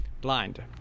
blind